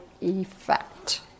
effect